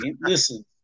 listen